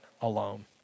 alone